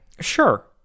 Sure